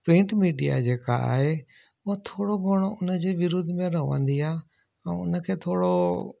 print media जेका आहे उहो थोरो घणो उन जे विरोध में रहंदी आहे ऐं उन खे थोरो